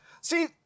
See